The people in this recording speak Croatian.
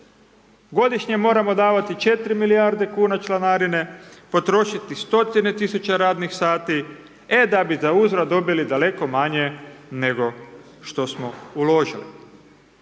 Godišnje moramo davati 4 milijarde kuna članarine, potrošiti stotine tisuća radnih sati, e da bi za uzvrat dobili daleko manje nego što smo uložili.